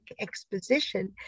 exposition